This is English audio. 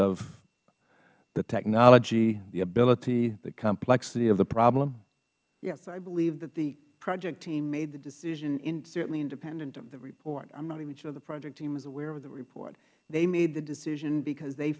of the technology the ability the complexity of the problem ms brit yes i believe that the project team made the decision certainly independent of the report i'm not even sure the project team was aware of the report they made the decision because they